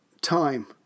time